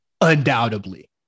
Undoubtedly